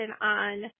on